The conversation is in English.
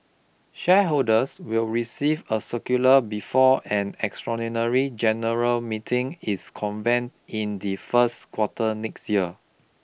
shareholders will receive a circular before an extraordinary general meeting is convened in the first quarter next year